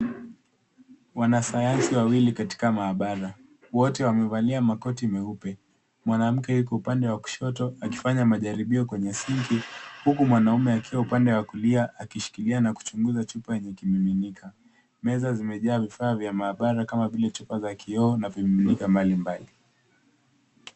Wanasayansi wawili katika maabara. Wote wamevalia makoti meupe. Mwanamke yuko upande wa kushoto, akifanya majaribio kwenye sinki ,huku mwanamume akiwa upande wa kulia, akishikilia na kuchunguza chupa yenye kimiminika. Meza zimejaa vifaa vya maabara kama vile chupa za kioo na vimiminika mbali mbali.